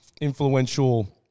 influential